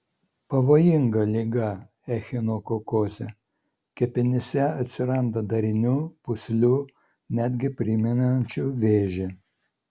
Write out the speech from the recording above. pavojinga liga echinokokozė kepenyse atsiranda darinių pūslių netgi primenančių vėžį